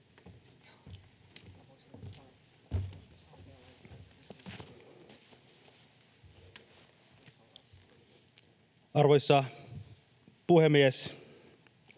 Arvoisa puhemies!